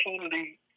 opportunity